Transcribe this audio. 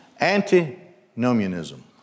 Antinomianism